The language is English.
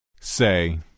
Say